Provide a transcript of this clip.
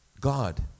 God